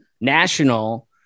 national